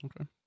Okay